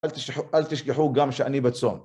אל תשכחו גם שאני בצום